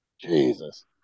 Jesus